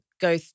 go